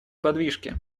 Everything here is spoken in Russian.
подвижки